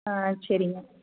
ஆ சரிங்க